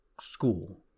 school